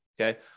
Okay